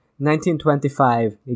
1925